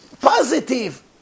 positive